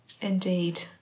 indeed